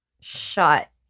Shut